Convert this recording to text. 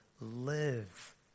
Live